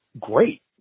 great